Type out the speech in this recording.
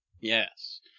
yes